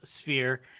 sphere